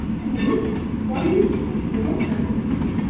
you wouldn't? why wouldn't you? you must have a reason.